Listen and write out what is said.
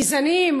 גזעניים,